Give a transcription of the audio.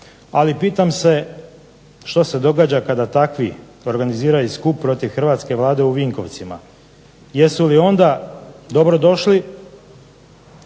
ali pitam se što se događa kada takvi organiziraju skup protiv hrvatske vlade u Vinkovcima? Jesu li onda dobrodošli,